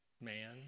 man